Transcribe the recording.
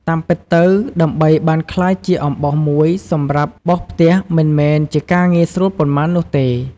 តាមពិតទៅ ដើម្បីបានក្លាយជាអំបោសមួយ សម្រាប់បោសផ្ទះមិនមែនជាការងាយស្រួលប៉ុន្មាននោះទេ។